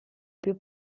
più